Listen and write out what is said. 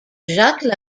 jacques